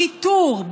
שיטור,